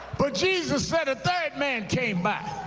but jesus said a third man came by